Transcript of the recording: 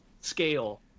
scale